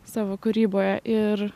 savo kūryboje ir